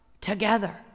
together